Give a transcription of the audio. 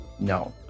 no